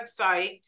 website